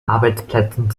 arbeitsplätzen